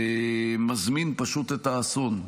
פשוט מזמין את האסון.